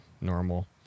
normal